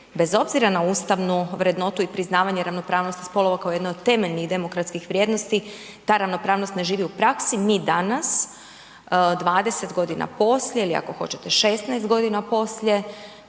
bez obzira na ustavnu vrednotu i priznavanje ravnopravnosti spolova kao jedno od temeljnih demokratskih vrijednosti ta ravnopravnost ne živi u praksi mi danas 20 godina poslije ili ako hoćete 16 godina poslije